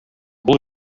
бул